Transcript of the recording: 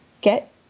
Get-